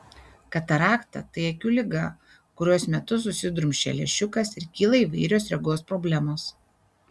katarakta tai akių liga kurios metu susidrumsčia lęšiukas ir kyla įvairios regos problemos